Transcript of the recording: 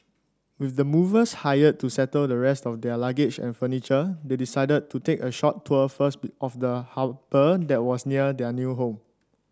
with the movers hired to settle the rest of their luggage and furniture they decided to take a short tour first of the harbour that was near their new home